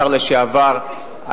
השר לשעבר,